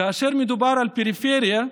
כאשר מדובר על הפריפריה,